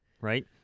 Right